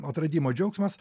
atradimo džiaugsmas